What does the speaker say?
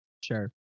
sure